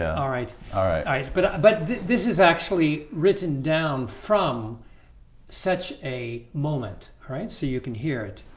ah all right. all right, but but this is actually written down from such a moment. all right, so you can hear it